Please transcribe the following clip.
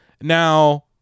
Now